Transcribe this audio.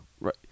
Right